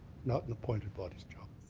not and appointed body's job.